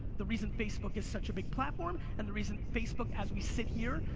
the reason facebook is such a big platform, and the reason facebook as we sit here,